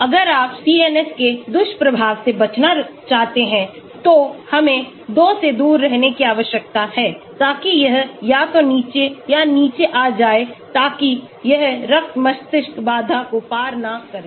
तो अगर आप CNS के दुष्प्रभाव से बचना चाहते हैं तो हमें 2 से दूर रहने की आवश्यकता है ताकि यह या तो नीचे या नीचे आ जाए ताकि यह रक्त मस्तिष्क बाधा को पार न करे